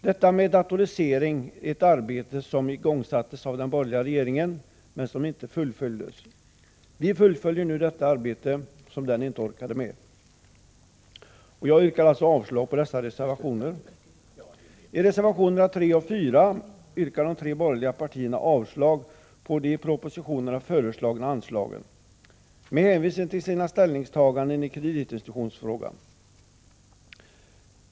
Detta med datorisering är ett arbete som igångsattes av den borgerliga regeringen men som inte fullföljdes. Vi fullföljer nu detta arbete som den borgerliga inte orkade med. Jag yrkar alltså avslag på reservationerna 1 och 2. I reservationerna 3 och 4 avstyrker de tre borgerliga partierna bifall till de anslag som föreslås i propositionerna, med hänvisning till sina ställningstaganden i kreditinstitutsfrågan.